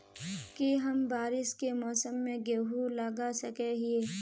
की हम बारिश के मौसम में गेंहू लगा सके हिए?